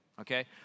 okay